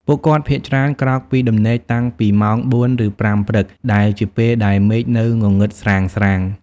ពួកគាត់ភាគច្រើនក្រោកពីដំណេកតាំងពីម៉ោង ៤ ឬ ៥ ព្រឹក ដែលជាពេលដែលមេឃនៅងងឹតស្រាងៗ។